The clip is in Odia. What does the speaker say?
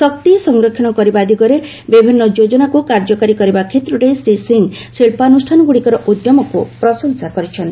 ଶକ୍ତି ସଂରକ୍ଷଣ କରିବା ଦିଗରେ ବିଭିନ୍ନ ଯୋଜନାକୁ କାର୍ଯ୍ୟକାରୀ କରିବା କ୍ଷେତ୍ରରେ ଶ୍ରୀ ସିଂହ ଶିଳ୍ପାଷ୍ଠାନଗୁଡ଼ିକର ଉଦ୍ୟମକୁ ପ୍ରଶଂସା କରିଛନ୍ତି